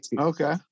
Okay